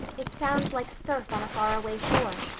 it sounds like surf on a faraway shore.